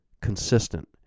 consistent